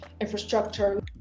infrastructure